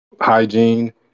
hygiene